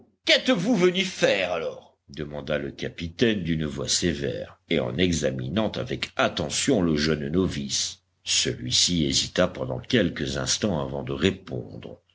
fédéraux qu'êtes-vous venus faire alors demanda le capitaine d'une voix sévère et en examinant avec attention le jeune novice celui-ci hésita pendant quelques instants avant de répondre